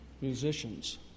musicians